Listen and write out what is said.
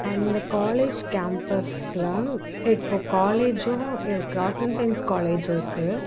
அந்த காலேஜ் கேம்பஸில் இப்போ காலேஜும் இருக்கு ஆர்ட்ஸ் அண்ட் சைன்ஸ் காலேஜ் இருக்கு